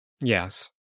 Yes